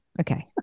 Okay